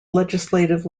legislative